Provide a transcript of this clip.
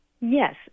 Yes